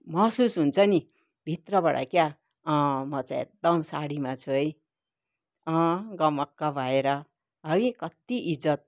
महसुस हुन्छ नि भित्रबाट क्या अँ म चाहिँ एकदम सारीमा छु है अँ गमक्क भएर है कति इज्जत